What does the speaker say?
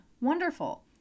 wonderful